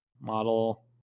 model